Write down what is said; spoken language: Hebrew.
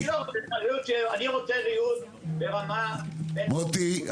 אני רוצה ריהוט ברמה -- מוטי,